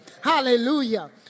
Hallelujah